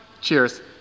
Cheers